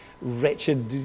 wretched